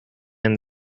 and